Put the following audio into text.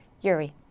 Yuri